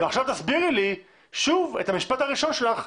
עכשיו תסבירי לי שוב את המשפט הראשון שלך,